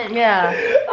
and yeah,